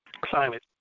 climate